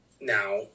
now